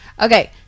Okay